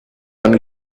one